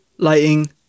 lighting